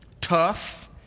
tough